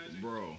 Bro